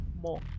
more